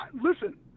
listen